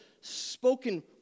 spoken